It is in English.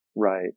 Right